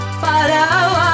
follow